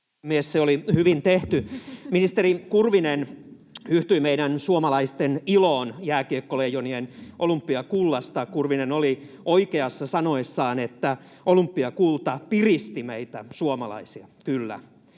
Se oli hyvin tehty. Ministeri Kurvinen yhtyi meidän suomalaisten iloon jääkiekkoleijonien olympiakullasta. Kurvinen oli oikeassa sanoessaan, että olympiakulta piristi meitä suomalaisia, kyllä,